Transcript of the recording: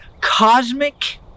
cosmic